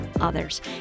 others